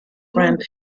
grand